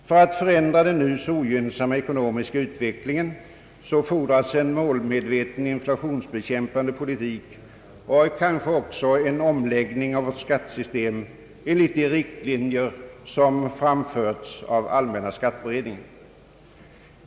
För att förändra den nu så ogynnsamma utvecklingen fordras en målmedveten inflationsbekämpande politik och en omläggning av vårt skattesystem enligt de rikilinjer som framfördes av allmänna skatteberedningen.